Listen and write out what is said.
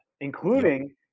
including